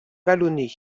vallonné